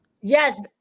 Yes